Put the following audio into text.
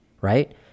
right